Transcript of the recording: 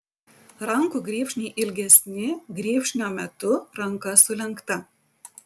rankų grybšniai ilgesni grybšnio metu ranka sulenkta